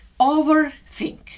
overthink